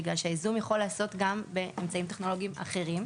כי הייזום יכול להיעשות גם באמצעים טכנולוגיים אחרים.